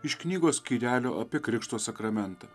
iš knygos skyrelio apie krikšto sakramentą